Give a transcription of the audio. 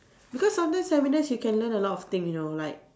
because sometimes seminars you can learn a lot of thing you know like